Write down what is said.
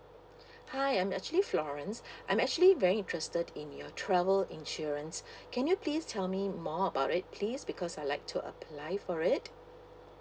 hi I'm actually florence I'm actually very interested in your travel insurance can you please tell me more about it please because I'd like to apply for it